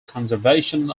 conservation